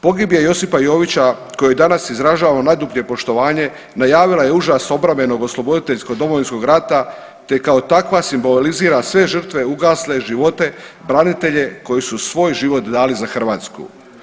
Pogibija Josipa Jovića koji danas izražava najdublje poštovanje najavila je užas obrambenog osloboditeljskog Domovinskog rata, te kao takva simbolizira sve žrtve ugasle živote branitelje koji su svoj život dali za Hrvatsku.